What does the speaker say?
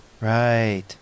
Right